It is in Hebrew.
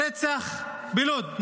רצח בלוד.